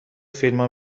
فیلما